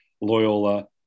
Loyola